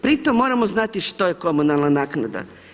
Pri tome moramo znati što je komunalna naknada.